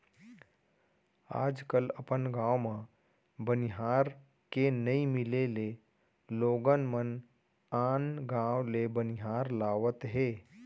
आज कल अपन गॉंव म बनिहार के नइ मिले ले लोगन मन आन गॉंव ले बनिहार लावत हें